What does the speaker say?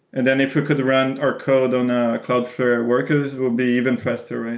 and then if we could run our code on a cloudflare workers, it would be even faster, right?